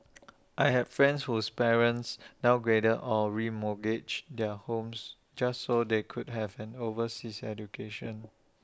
I had friends whose parents downgraded or remortgaged their homes just so they could have an overseas education